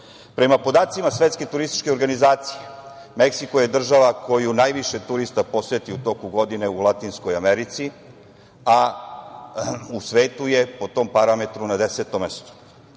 mestu. Prema podacima Svetske turističke organizacije, Meksiko je država koju najviše turista poseti u toku godine u Latinskoj Americi, a u svetu je po tom parametru na desetom mestu.